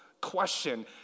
question